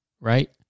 right